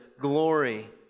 glory